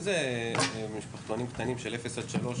אם זה משפתונים קטנים פרטיים של גיל אפס עד שלוש,